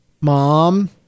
mom